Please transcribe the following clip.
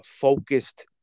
focused